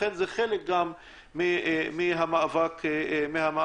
לכן זה חלק מהמאבק הזה.